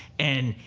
and,